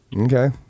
Okay